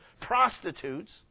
prostitutes